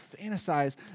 fantasize